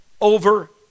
over